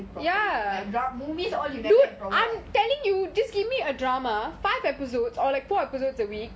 properly like movies all you never had problem what